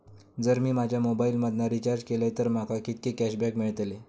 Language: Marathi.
जर मी माझ्या मोबाईल मधन रिचार्ज केलय तर माका कितके कॅशबॅक मेळतले?